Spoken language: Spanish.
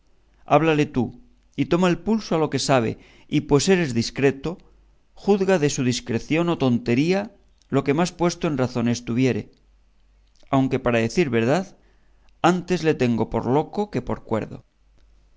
háblale tú y toma el pulso a lo que sabe y pues eres discreto juzga de su discreción o tontería lo que más puesto en razón estuviere aunque para decir verdad antes le tengo por loco que por cuerdo